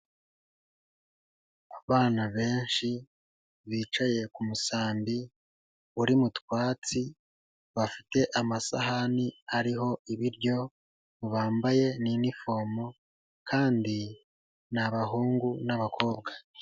Abana benshi bicaye ku musambi uri mu twatsi, bafite amasahani ariho ibiryo, bambaye n'inifomo kandi ni abahungu n'abakobwa.